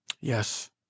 Yes